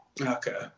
Okay